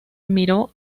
miró